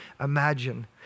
imagine